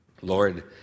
Lord